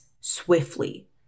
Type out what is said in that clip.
swiftly